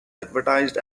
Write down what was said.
advertised